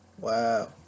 wow